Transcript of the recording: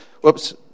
whoops